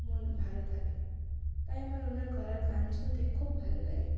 মন ভালো থাকে তাই আমার ওনার গলার গান শুনতে খুব ভালো লাগে